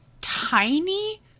tiny